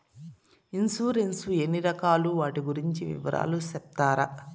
Insurance ఎన్ని రకాలు వాటి గురించి వివరాలు సెప్తారా?